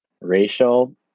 racial